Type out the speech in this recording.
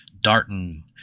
Darton